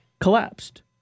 Collapsed